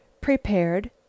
prepared